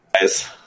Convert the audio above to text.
guys